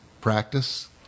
practice